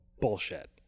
Bullshit